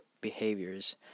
behaviors